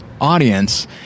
audience